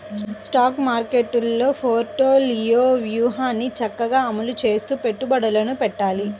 stock మార్కెట్టులో portfolio వ్యూహాన్ని చక్కగా అమలు చేస్తూ పెట్టుబడులను పెట్టాలి